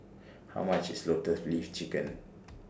How much IS Lotus Leaf Chicken